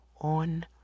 on